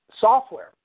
software